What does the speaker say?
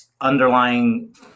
underlying